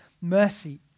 mercy